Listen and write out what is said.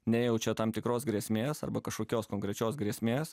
nejaučia tam tikros grėsmės arba kažkokios konkrečios grėsmės